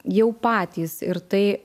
jau patys ir tai